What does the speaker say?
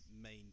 main